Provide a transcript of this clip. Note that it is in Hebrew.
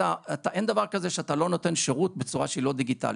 אין דבר כזה שאתה לא נותן שירות בצורה שהיא לא דיגיטלית.